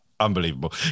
unbelievable